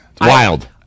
Wild